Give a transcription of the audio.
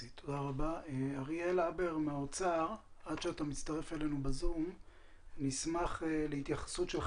אריאל הבר מהאוצר, נשמח להתייחסות שלך.